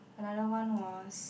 another one was